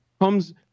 comes